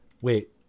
Wait